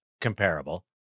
comparable